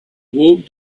awoke